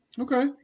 Okay